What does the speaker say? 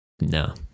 No